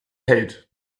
hält